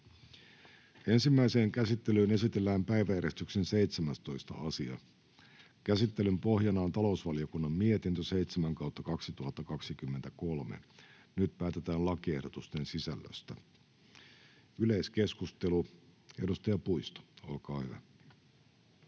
Ensimmäiseen käsittelyyn esitellään päiväjärjestyksen 17. asia. Käsittelyn pohjana on talousvaliokunnan mietintö TaVM 7/2023 vp. Nyt päätetään lakiehdotusten sisällöstä. — Yleiskeskustelu, edustaja Puisto, olkaa hyvä.